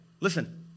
Listen